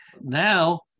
Now